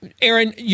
Aaron